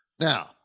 Now